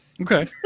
Okay